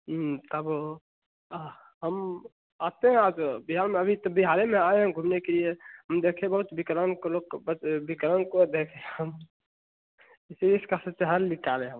कब हम आते हैं यहाँ से बिहार में अभी तो बिहार में आए हैं घूमने के लिए हम देखें बहुत विकलांग को लोग बत विकलांग को देखें हम इसका कुछ हल निकले हम